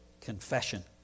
confession